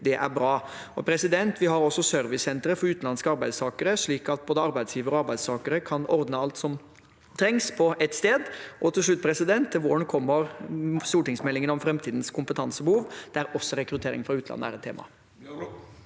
det er bra. Vi har også servicesenteret for utenlandske arbeidstakere, slik at både arbeidsgivere og arbeidstakere kan ordne alt som trengs på ett sted. Og til slutt: Til våren kommer stortingsmeldingen om framtidens kompetansebehov, der også rekruttering fra utlandet er et tema.